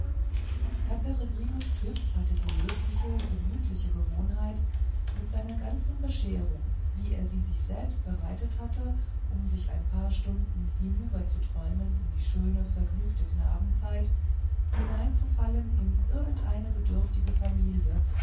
herr peregrinus tyß hatte die löbliche gemütliche gewohnheit mit seiner ganzen bescherung wie er sie sich selbst bereitet hatte um sich ein paar stunden hinüberzuträumen in die schöne vergnügliche knabenzeit hineinzufallen in irgendeine bedürftige familie